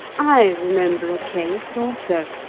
i remember a case, also,